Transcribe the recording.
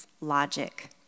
logic